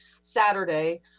Saturday